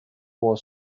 war